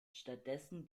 stattdessen